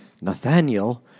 Nathaniel